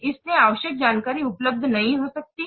इसलिए आवश्यक जानकारी उपलब्ध नहीं हो सकती है